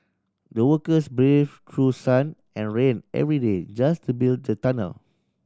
the workers brave through sun and rain every day just to build the tunnel